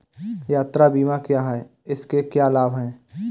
यात्रा बीमा क्या है इसके क्या लाभ हैं?